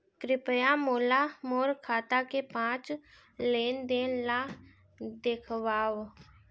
कृपया मोला मोर खाता के पाँच लेन देन ला देखवाव